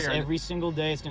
every single day. it's and